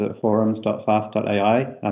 forums.fast.ai